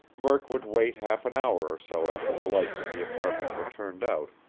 murk would wait half an hour or so after the lights in the apartment were turned out,